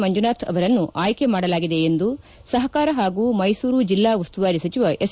ಮಂಜುನಾಥ್ ಅವರನ್ನು ಆಯ್ಕೆ ಮಾಡಲಾಗಿದೆ ಎಂದು ಸಹಕಾರ ಹಾಗೂ ಮೈಸೂರು ಜಿಲ್ಲಾ ಉಸ್ತುವಾರಿ ಸಚಿವ ಎಸ್